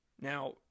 Now